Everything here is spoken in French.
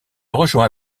rejoint